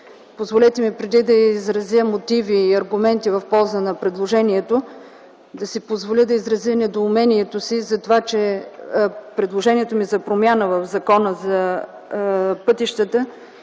Позволете ми преди да изразя мотиви и аргументи в полза на предложението, да си позволя да изразя недоумението си за това, че предложението ми за промяна в Закона за пътищата,